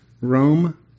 Rome